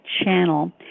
channel